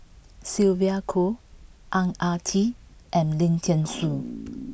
Sylvia Kho Ang Ah Tee and Lim Thean Soo